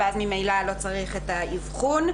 ואז ממילא לא צריך את האבחון.